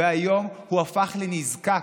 והיום הוא הפך לנזקק.